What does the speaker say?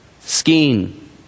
skiing